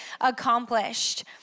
accomplished